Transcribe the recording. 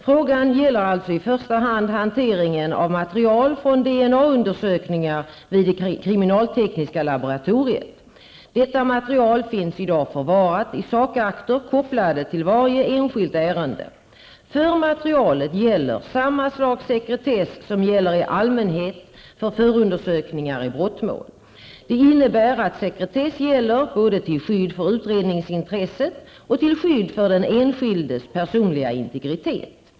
Frågan gäller alltså i första hand hanteringen av material från DNA-undersökningar vid det kriminaltekniska laboratoriet. Detta material finns i dag förvarat i sakakter kopplade till varje enskilt ärende. För materialet gäller samma slags sekretess som gäller i allmänhet för förundersökningar i brottmål. Det innebär att sekretess gäller både till skydd för utredningsintresset och till skydd för den enskildes personliga integritet.